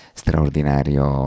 straordinario